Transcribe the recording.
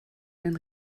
einen